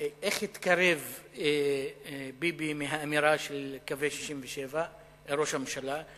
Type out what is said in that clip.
איך התקרב ביבי, ראש הממשלה, מהאמירה של קווי 67'?